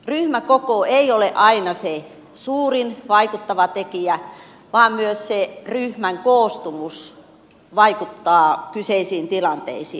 ryhmäkoko ei ole aina se suurin vaikuttava tekijä vaan myös se ryhmän koostumus vaikuttaa kyseisiin tilanteisiin